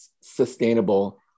sustainable